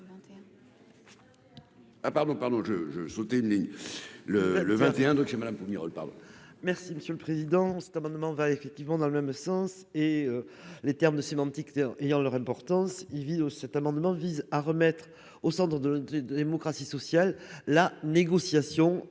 Ah pardon, pardon, je je sautais une ligne le le vingt-et-un donc chez Madame fournir le pardon. Merci Monsieur le Président, cet amendement va effectivement dans le même sens et les termes de sémantique ayant leur importance il cet amendement vise à remettre au centre de la démocratie sociale, la négociation